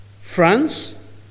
France